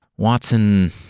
Watson